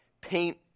paint